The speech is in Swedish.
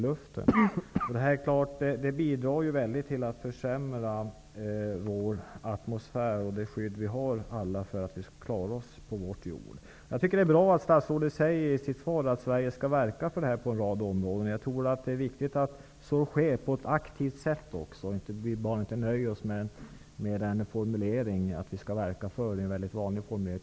Detta bidrar till att försämra vår atmosfär och det skydd vi har för att vi skall klara oss på vår jord. Det är bra att statsrådet i sitt svar säger att Sverige skall verka för förbättringar på en rad områden. Det är viktigt att så sker på ett aktivt sätt. Vi får inte bara nöja oss med formuleringen att vi skall verka för detta. Det är en mycket vanlig formulering.